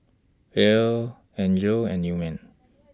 Ellar Angel and Newman